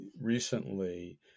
recently